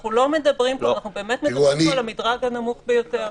אנחנו באמת מדברים פה על המדרג הנמוך ביותר.